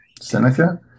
Seneca